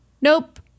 nope